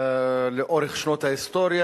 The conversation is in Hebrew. לאורך שנות ההיסטוריה,